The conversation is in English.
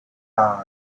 leyland